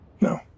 No